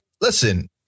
listen